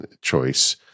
choice